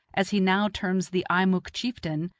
as he now terms the eimuck chieftain,